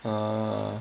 err